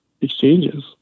exchanges